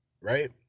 Right